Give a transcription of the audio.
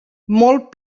molt